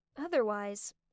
Otherwise